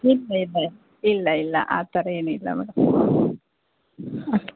ಇಲ್ಲ ಇಲ್ಲ ಇಲ್ಲ ಇಲ್ಲ ಆ ಥರ ಏನಿಲ್ಲ ಮೇಡಂ ಹಾಂ